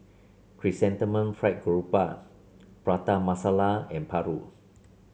Chrysanthemum Fried Garoupa Prata Masala and paru